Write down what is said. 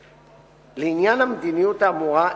2. לעניין המדיניות האמורה,